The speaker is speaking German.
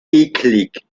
eklig